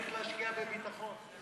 כי צריך להשקיע בביטחון,